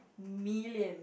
million